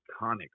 iconic